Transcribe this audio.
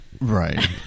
Right